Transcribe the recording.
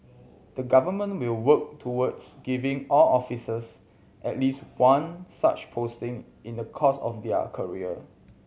the Government will work towards giving all officers at least one such posting in the course of their career